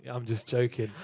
i'm just joking.